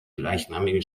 gleichnamige